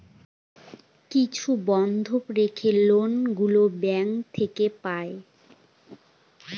কিছু বন্ধক রেখে লোন গুলো ব্যাঙ্ক থেকে পাই